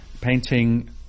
painting